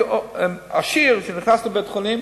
כי עשיר שנכנס לבית-חולים,